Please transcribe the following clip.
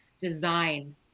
design